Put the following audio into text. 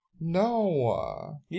no